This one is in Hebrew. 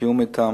בתיאום אתו.